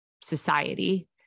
society